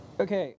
Okay